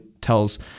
tells